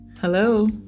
Hello